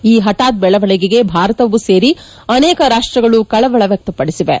ಈ ಹಠಾತ್ ಬೆಳವಣಿಗೆಗೆ ಭಾರತವೂ ಸೇರಿ ಅನೇಕ ರಾಷ್ಷಗಳು ಕಳವಳ ವ್ಯಕ್ತಪಡಿಸಿವೆ